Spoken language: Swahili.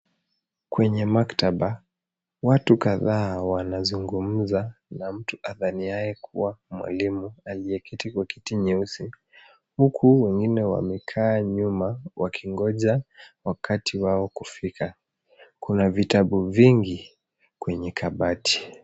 Kwenye maktaba watu kadhaa wanazungumza na mtu adhaniaye kuwa mwalimu aliyeketi kwa kiti nyeusi huku wengine wamekaa nyuma wakingoja wakati wao kufika. Kuna vitabu vingi kwenye kabati.